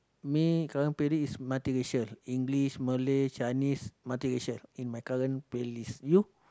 me current playlist is multi racial English Malay Chinese multi racial in my current playlist you